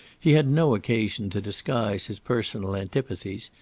he had no occasion to disguise his personal antipathies,